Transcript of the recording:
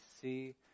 see